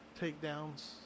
takedowns